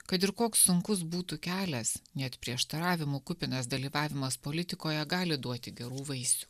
kad ir koks sunkus būtų kelias net prieštaravimų kupinas dalyvavimas politikoje gali duoti gerų vaisių